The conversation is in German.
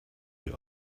die